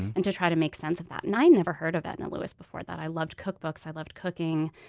and to try to make sense of that and i never heard of edna lewis before that. i loved cookbooks, i loved cooking,